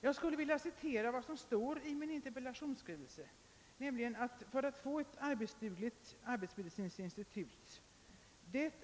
Jag vill anföra ett citat ur min interpellation. Det heter där att det för att man skall få ett arbetsdugligt arbetsmedicinskt institut